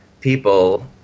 people